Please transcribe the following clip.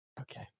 Okay